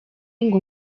ngo